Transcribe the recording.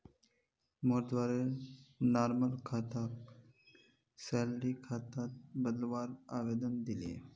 मोर द्वारे नॉर्मल खाताक सैलरी खातात बदलवार आवेदन दिले